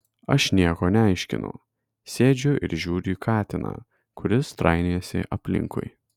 aš nieko neaiškinu sėdžiu ir žiūriu į katiną kuris trainiojasi aplinkui